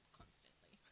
constantly